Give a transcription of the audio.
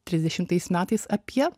trisdešimais metais apie